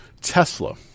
Tesla